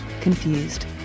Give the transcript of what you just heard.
Confused